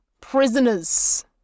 prisoners